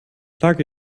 plug